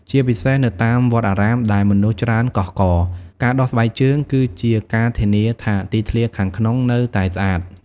ជាពិសេសនៅតាមវត្តអារាមដែលមនុស្សច្រើនកុះករ ការដោះស្បែកជើងគឺជាការធានាថាទីធ្លាខាងក្នុងនៅតែស្អាត។